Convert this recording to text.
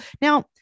now